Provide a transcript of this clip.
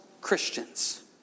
Christians